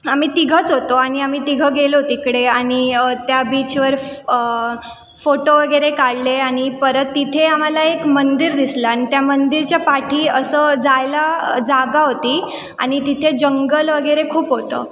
आम्ही तिघंच होतो आणि आम्ही तिघं गेलो तिकडे आणि त्या बीचवर फोटो वगैरे काढले आणि परत तिथे आम्हाला एक मंदिर दिसलं आणि त्या मंदिरच्या पाठी असं जायला जागा होती आणि तिथे जंगल वगैरे खूप होतं